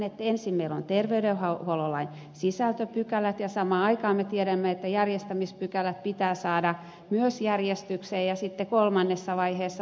ensin meillä on terve ja hauholla ja sisältä terveydenhuoltolain sisältöpykälät samaan aikaan me tiedämme että järjestämispykälät pitää saada myös järjestykseen ja sitten kolmannessa vaiheessa tulee rahoitus